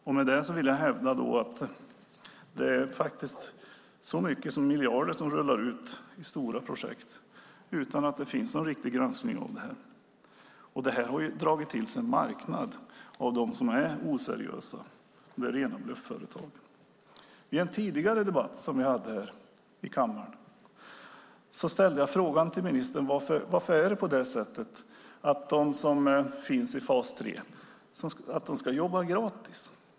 Jag vill hävda att det faktiskt är så mycket som miljarder som rullar ut i stora projekt, utan att det finns någon riktig granskning av detta. Och det här har dragit till sig en marknad av dem som är oseriösa. Det är rena blufföretag. I en tidigare debatt här i kammaren ställde jag en fråga till ministern: Varför ska de som finns i fas 3 jobba gratis?